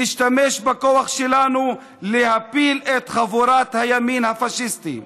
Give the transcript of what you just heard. ונשתמש בכוח שלנו להפיל את חבורת הימין הפאשיסטי.